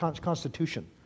Constitution